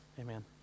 Amen